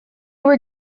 were